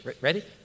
ready